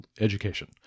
education